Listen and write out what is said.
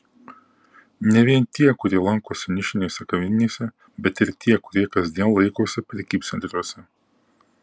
ne vien tie kurie lankosi nišinėse kavinėse bet ir tie kurie kasdien laikosi prekybcentriuose